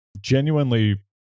genuinely